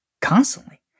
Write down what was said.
constantly